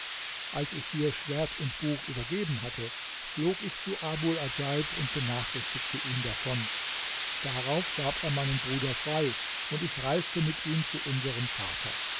als ich dir schwert und buch übergeben hatte flog ich zu abul adjaib und benachrichtigte ihn davon darauf gab er meinen bruder frei und ich reiste mit ihm zu unserem vater